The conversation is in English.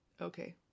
Okay